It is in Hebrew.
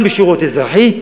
גם בשירות אזרחי.